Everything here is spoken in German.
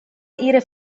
ihre